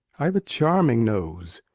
i've a charming nose.